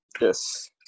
Yes